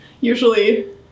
usually